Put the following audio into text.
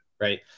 right